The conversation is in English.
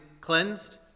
cleansed